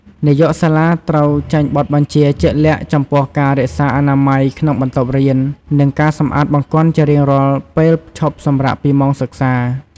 នាយកសាលាត្រូវចេញបទបញ្ជាជាក់លាក់ចំពោះការរក្សាអនាម័យក្នុងបន្ទប់រៀន និងការសម្អាតបង្គន់ជារៀងរាល់ពេលឈប់សម្រាកពីម៉ោងសិក្សា។